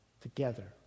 together